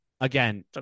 again